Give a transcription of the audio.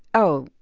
oh,